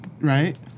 right